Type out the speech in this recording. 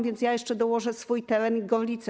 Więc ja jeszcze dołożę swój teren - Gorlice.